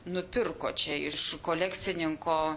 nupirko čia iš kolekcininko